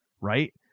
right